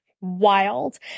wild